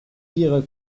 pire